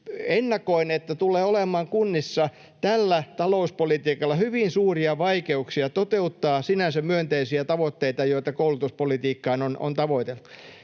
ennakoin, että kunnissa tulee olemaan tällä talouspolitiikalla hyvin suuria vaikeuksia toteuttaa sinänsä myönteisiä tavoitteita, joita koulutuspolitiikassa on tavoiteltu.